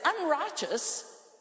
unrighteous